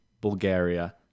Bulgaria